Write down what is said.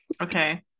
okay